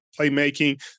playmaking